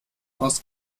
aus